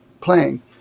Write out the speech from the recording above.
playing